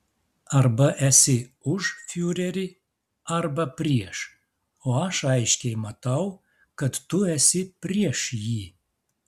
arba esi už fiurerį arba prieš o aš aiškiai matau kad tu esi prieš jį